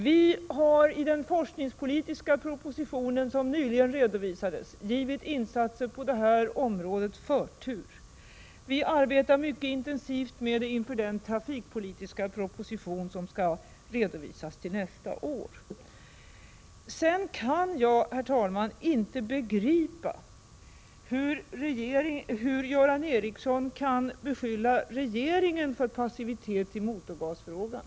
Vi har i den forskningspolitiska propositionen, som nyligen redovisades, givit förtur åt insatser på detta område. Vi arbetar mycket intensivt med dessa frågor inför den trafikpolitiska proposition som skall redovisas nästa år. Herr talman! Jag begriper inte hur Göran Ericsson kan beskylla regeringen för passivitet i motorgasfrågan.